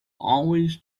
always